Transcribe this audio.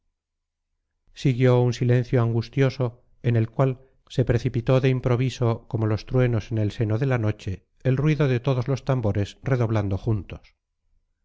siguió un silencio angustioso en el cual se precipitó de improviso como los truenos en el seno de la noche el ruido de todos los tambores redoblando juntos